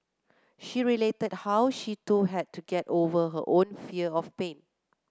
she related how she too had to get over her own fear of pain